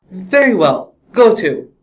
very well! go to!